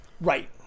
Right